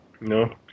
No